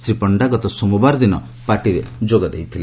ଶ୍ରୀ ପଶ୍ଡା ଗତ ସୋମବାର ଦିନ ପାର୍ଟିରେ ଯୋଗଦେଇଥିଲେ